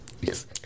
Yes